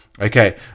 okay